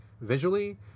visually